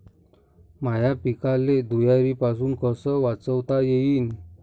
माह्या पिकाले धुयारीपासुन कस वाचवता येईन?